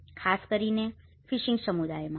અને ખાસ કરીને ફિશિંગ સમુદાયોમાં